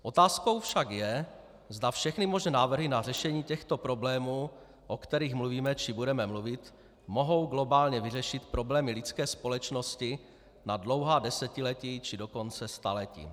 Otázkou však je, zda všechny možné návrhy na řešení těchto problémů, o kterých mluvíme či budeme mluvit, mohou globálně vyřešit problémy lidské společnosti na dlouhá desetiletí, či dokonce staletí.